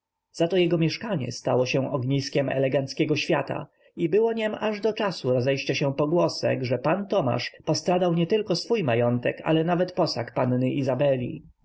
za to jego mieszkanie stało się ogniskiem eleganckiego świata i było niem aż do czasu rozejścia się pogłosek że pan tomasz postradał nietylko swój majątek ale nawet posag panny izabeli